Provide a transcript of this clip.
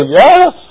yes